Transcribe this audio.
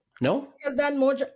No